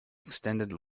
extended